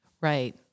Right